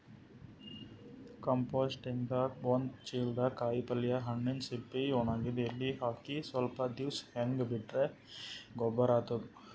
ಕಂಪೋಸ್ಟಿಂಗ್ದಾಗ್ ಒಂದ್ ಚಿಲ್ದಾಗ್ ಕಾಯಿಪಲ್ಯ ಹಣ್ಣಿನ್ ಸಿಪ್ಪಿ ವಣಗಿದ್ ಎಲಿ ಹಾಕಿ ಸ್ವಲ್ಪ್ ದಿವ್ಸ್ ಹಂಗೆ ಬಿಟ್ರ್ ಗೊಬ್ಬರ್ ಆತದ್